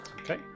Okay